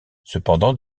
cependant